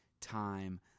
time